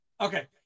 Okay